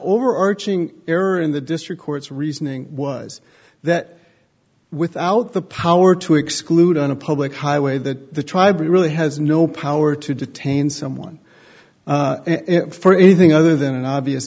overarching error in the district court's reasoning was that without the power to exclude on a public highway that the tribe really has no power to detain someone for anything other than an obvious